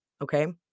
Okay